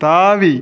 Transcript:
தாவி